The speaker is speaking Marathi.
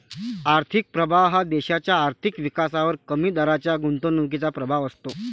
आर्थिक प्रभाव हा देशाच्या आर्थिक विकासावर कमी दराच्या गुंतवणुकीचा प्रभाव असतो